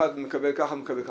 שאחד מקבל ככה ואחד מקבל ככה.